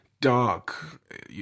dark